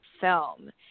film